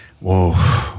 whoa